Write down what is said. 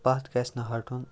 پَتھ گژھِ نہٕ ہَٹُن